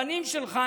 הבנים שלך,